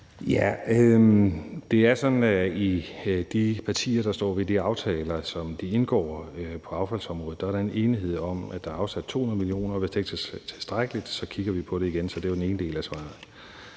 at der blandt de partier, der står ved de aftaler, som de indgår, på affaldsområdet, er en enighed om, er der afsat 200 mio. kr., og hvis ikke det er tilstrækkeligt, kigger vi på det igen. Det var den ene del af svaret.